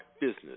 business